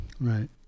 Right